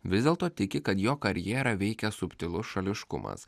vis dėlto tiki kad jo karjerą veikia subtilus šališkumas